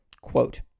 Quote